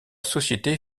société